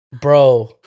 Bro